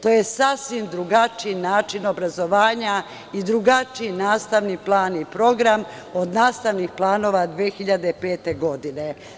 To je sasvim drugačiji način obrazovanja i drugačiji nastavni plan i program od nastavnih planova 2005. godine.